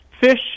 Fish